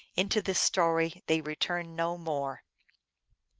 into this story they return no more.